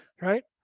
Right